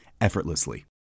effortlessly